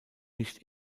nicht